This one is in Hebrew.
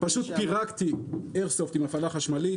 פשוט פירקתי איירסופט עם הפעלה חשמלית.